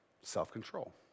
self-control